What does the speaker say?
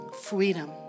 freedom